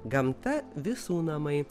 gamta visų namai